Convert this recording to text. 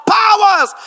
powers